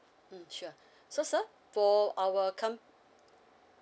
mm sure so sir for our com~